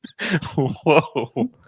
Whoa